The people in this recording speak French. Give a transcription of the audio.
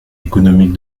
économique